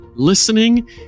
listening